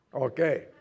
Okay